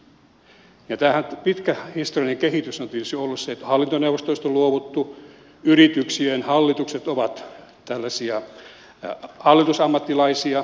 tämä pitkä historiallinen kehityshän on tietysti ollut se että hallintoneuvostoista on luovuttu yrityksien hallitukset ovat hallitusammattilaisia